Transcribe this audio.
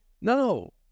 No